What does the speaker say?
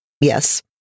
yes